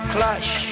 Clash